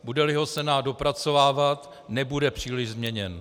Budeli ho Senát dopracovávat, nebude příliš změněn.